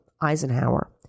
Eisenhower